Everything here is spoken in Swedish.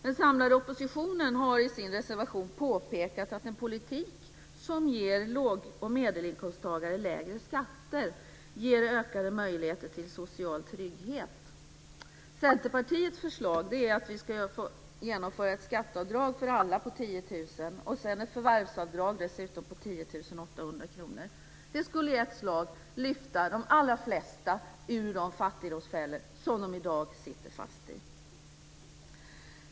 Den samlade oppositionen har i sin reservation påpekat att den politik som ger låg och medelinkomsttagare lägre skatter ger ökade möjligheter till social trygghet. Centerpartiets förslag är att vi ska införa ett skatteavdrag för alla på 10 000 kr och dessutom ett förvärvsavdrag på 10 800 kr. Det skulle i ett slag lyfta de allra flesta ur de fattigdomsfällor som de i dag sitter fast i.